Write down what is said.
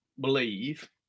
believe